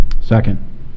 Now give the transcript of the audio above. Second